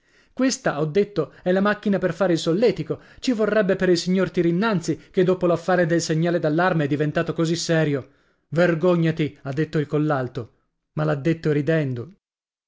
questa ho detto è la macchina per fare il solletico ci vorrebbe per il signor tyrynnanzy che dopo l'affare del segnale d'allarme è diventato così serio vergognati ha detto il collalto ma l'ha detto ridendo